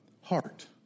heart